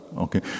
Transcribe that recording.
Okay